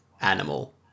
animal